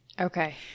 Okay